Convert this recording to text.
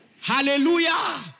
Hallelujah